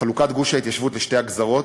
חלוקת גוש ההתיישבות לשתי הגזרות,